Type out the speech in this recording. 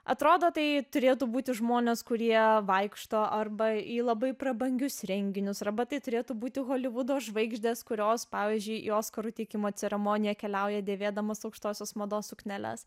atrodo tai turėtų būti žmonės kurie vaikšto arba į labai prabangius renginius arba tai turėtų būti holivudo žvaigždės kurios pavyzdžiui į oskarų teikimo ceremoniją keliauja dėvėdamos aukštosios mados sukneles